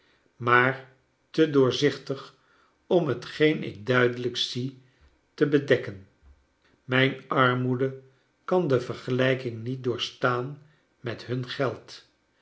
maar te doorzichtig om hetgeen ik duidelijk zie te bedekken mijn armoede kan de vergelijking niet doorstaan met hun geld